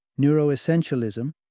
neuroessentialism